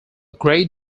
great